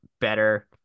better